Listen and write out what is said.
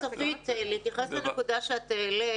צופית, אני רוצה להתייחס לנקודה שאת העלית.